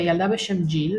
וילדה בשם ג'יל,